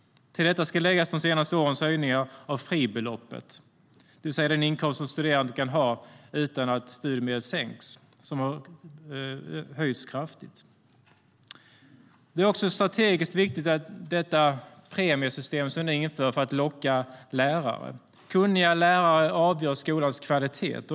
Till detta ska läggas de senaste årens höjningar av fribeloppet, det vill säga den inkomst studerande kan ha utan att studiemedlet sänks. Det har höjts kraftigt. Det är också strategiskt viktigt med det premiesystem som nu införs för att locka lärare. Kunniga lärare avgör skolans kvalitet.